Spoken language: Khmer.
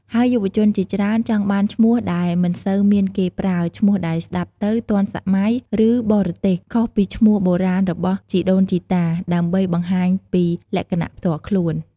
ហើយយុវជនជាច្រើនចង់បានឈ្មោះដែលមិនសូវមានគេប្រើ ឈ្មោះដែលស្តាប់ទៅ ទាន់សម័យ ឬ បរទេស ខុសពីឈ្មោះបុរាណរបស់ជីដូនជីតា ដើម្បីបង្ហាញពីលក្ខណៈផ្ទាល់ខ្លួន។